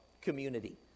community